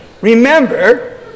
remember